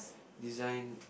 design